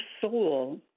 soul